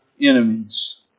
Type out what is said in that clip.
enemies